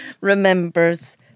remembers